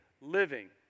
living